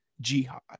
Jihad